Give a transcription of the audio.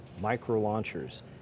micro-launchers